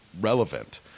relevant